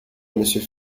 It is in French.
monsieur